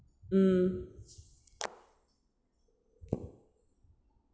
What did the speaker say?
mm